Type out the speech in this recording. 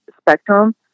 spectrum